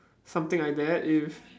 something like that if